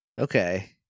Okay